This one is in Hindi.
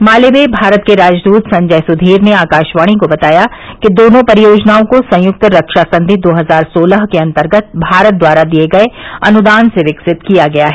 माले में भारत के राजदूत संजय सुधीर ने आकाशवाणी को बताया कि दोनों परियोजनाओं को संयुक्त रक्षा संधि दो हजार सोलह के अंतर्गत भारत द्वारा दिये गये अनुदान से विकसित किया गया है